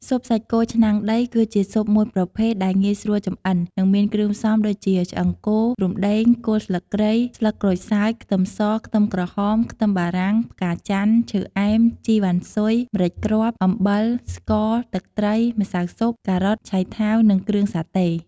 ស៊ុបសាច់គោឆ្នាំងដីគឺជាស៊ុបមួយប្រភេទដែលងាយស្រួលចម្អិន និងមានគ្រឿងផ្សំដូចជា ឆ្អឹងគោ រំដេង គល់ស្លឹកគ្រៃ ស្លឹកក្រូចសើច ខ្ទឹមស ខ្ទឹមក្រហម ខ្ទឹមបារាំង ផ្កាចន្ទន៍ ឈើអែម ជីវ៉ាន់ស៊ុយ ម្រេចគ្រាប់ អំបិល ស្ករ ទឹកត្រី ម្សៅស៊ុប ការ៉ុត ឆៃថាវ និងគ្រឿងសាតេ។